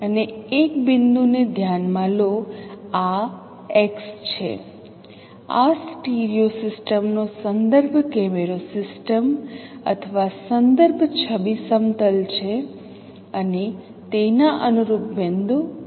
અને એક બિંદુને ધ્યાનમાં લો આ x છે આ સ્ટીરિયો સિસ્ટમ નો સંદર્ભ કેમેરો સિસ્ટમ અથવા સંદર્ભ છબી સમતલ છે અને તેના અનુરૂપ બિંદુ x '